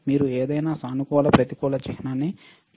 మీరు ఏదైనా సానుకూల ప్రతికూల చిహ్నాన్ని చూడగలరా